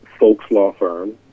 Folkslawfirm